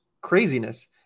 craziness